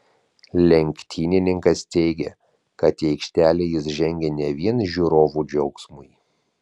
lenktynininkas teigė kad į aikštelę jis žengia ne vien žiūrovų džiaugsmui